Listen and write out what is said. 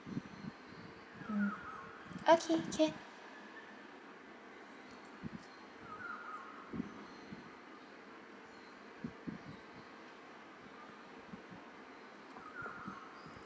mm okay can